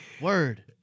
word